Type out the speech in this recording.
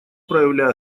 проявляя